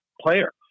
player